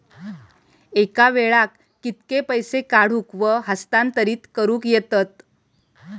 एका वेळाक कित्के पैसे काढूक व हस्तांतरित करूक येतत?